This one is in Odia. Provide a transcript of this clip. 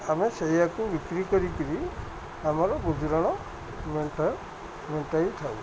ଆମେ ସେଇୟାକୁ ବିକ୍ରି କରିକି ଆମର ଗୁଜୁରାଣ ମେଣ୍ଟାଇଥାଉ